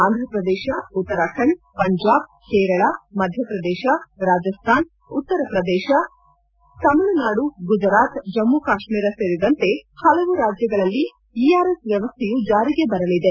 ಆಂಧ್ರಪ್ರದೇಶ ಉತ್ತರಾಖಂಡ್ ಪಂಜಾಬ್ ಕೇರಳ ಮಧ್ಯಪ್ರದೇಶ ರಾಜಸ್ತಾನ್ ಉತ್ತರಪ್ರದೇಶ ತಮಿಳುನಾಡು ಗುಜರಾತ್ ಜಮ್ನು ಕಾಶ್ನೀರ ಸೇರಿದಂತೆ ಹಲವು ರಾಜ್ಯಗಳಲ್ಲಿ ಇ ಆರ್ ಎಸ್ ವ್ಯವಸ್ವೆಯು ಜಾರಿಗೆ ಬರಲಿದೆ